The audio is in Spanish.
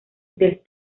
del